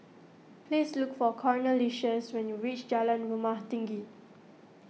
please look for Cornelious when you reach Jalan Rumah Tinggi